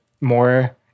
more